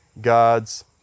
God's